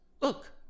look